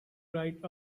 right